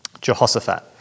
Jehoshaphat